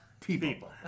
people